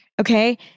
Okay